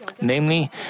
Namely